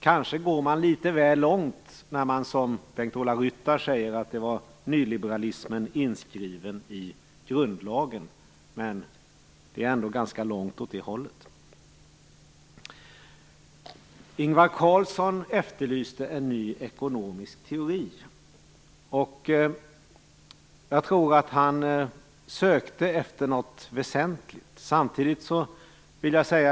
Man går kanske litet väl långt när man, som Bengt-Ola Ryttar, säger att det var nyliberalismen inskriven i grundlagen, men det är ändå ganska långt åt det hållet. Ingvar Carlsson efterlyste en ny ekonomisk teori. Jag tror att han sökte efter något väsentligt.